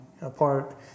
apart